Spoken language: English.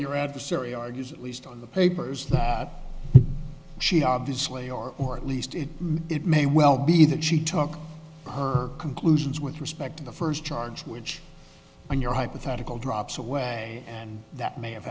your adversary argues that least on the papers that she obviously or or at least it may well be that she took her conclusions with respect to the first charge which in your hypothetical drops away and that may have